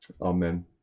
amen